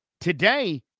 Today